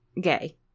gay